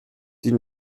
die